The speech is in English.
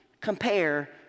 compare